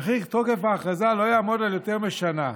וכי תוקף ההכרזה לא יעמוד על יותר משנה.